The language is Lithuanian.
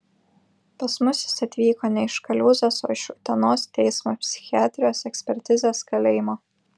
pas mus jis atvyko ne iš kaliūzės o iš utenos teismo psichiatrijos ekspertizės kalėjimo